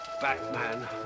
Batman